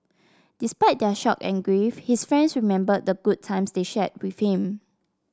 despite their shock and grief his friends remembered the good times they shared with him